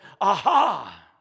Aha